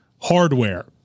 hardware